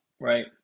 Right